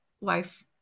life